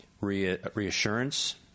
reassurance